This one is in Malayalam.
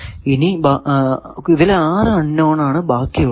ഇനി ഇതിൽ 6 അൺ നോൺ ആണ് ബാക്കി ഉള്ളത്